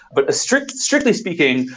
but strictly strictly speaking,